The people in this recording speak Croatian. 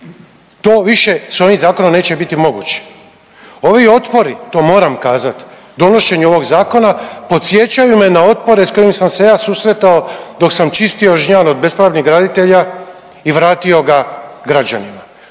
To više s ovim zakonom neće biti moguće. Ovi otpori, to moram kazat, donošenje ovog zakona podsjećaju me na otpore s kojim sam se ja susretao dok sam čistio Žnjan od bespravnih graditelja i vratio ga građanima.